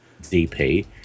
DP